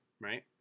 right